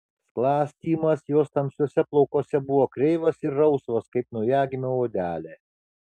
sklastymas jos tamsiuose plaukuose buvo kreivas ir rausvas kaip naujagimio odelė